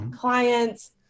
clients